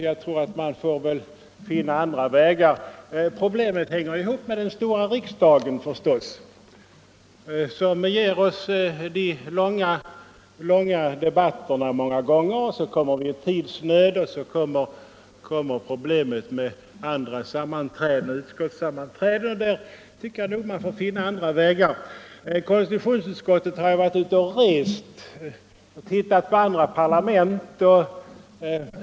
Jag tror att man får finna andra vägar. Problemet hänger förstås ihop med den stora riksdagen, som ofta ger oss långa debatter, vilket resulterar i att vi kommer i tidsnöd, och så kommer problemet med utskottssammanträden. Konstitutionsutskottet har varit ute och rest och sett på andra parlament.